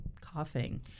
coughing